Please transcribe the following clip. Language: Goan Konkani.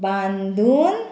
बांदून